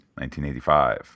1985